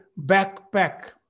backpack